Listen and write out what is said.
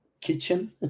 kitchen